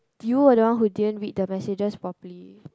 you were the one who didn't read the messages properly